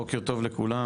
בוקר טוב לכולם,